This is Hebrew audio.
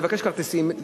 יבקש כרטיסים,